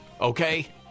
Okay